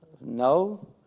No